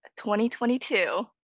2022